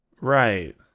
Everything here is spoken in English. Right